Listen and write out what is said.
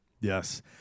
yes